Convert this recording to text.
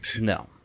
No